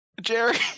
Jerry